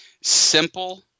Simple